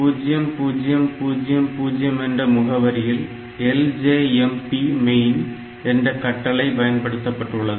0000 என்ற முகவரியில் LJMP main என்ற கட்டளை பயன்படுத்தப்பட்டுள்ளது